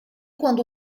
quando